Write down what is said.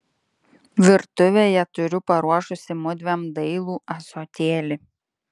virtuvėje turiu paruošusi mudviem dailų ąsotėlį